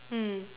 mm